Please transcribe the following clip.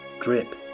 drip